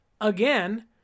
Again